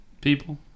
People